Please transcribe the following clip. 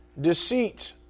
Deceit